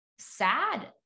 sad